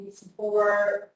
support